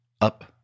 up